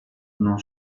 non